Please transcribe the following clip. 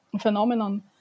phenomenon